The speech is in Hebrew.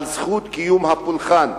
על זכות קיום הפולחן.